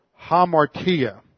hamartia